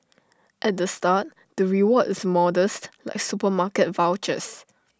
at the start the reward is modest like supermarket vouchers